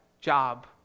job